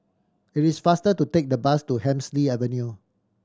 it is faster to take the bus to Hemsley Avenue